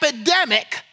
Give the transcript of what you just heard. epidemic